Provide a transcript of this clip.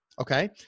Okay